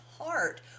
heart